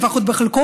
לפחות בחלקו,